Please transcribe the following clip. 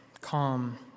calm